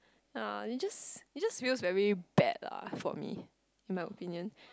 ya it just it just feels very bad lah for me in my opinion